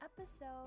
episode